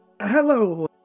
hello